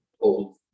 old